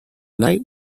night